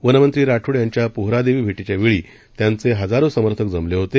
वनमंत्री राठोड यांच्या पोहरादेवी भेटीच्या वेळी त्यांचे हजारो समर्थक जमले होते